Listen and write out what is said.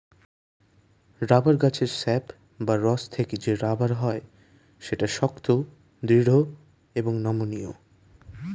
rubber গাছের sap বা রস থেকে যে রাবার হয় সেটা শক্ত, দৃঢ় আর নমনীয়